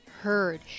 heard